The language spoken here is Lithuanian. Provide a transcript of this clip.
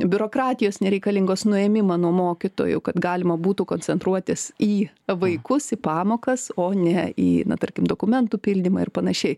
biurokratijos nereikalingos nuėmimą nuo mokytojų kad galima būtų koncentruotis į vaikus į pamokas o ne į tarkim dokumentų pildymą ir panašiai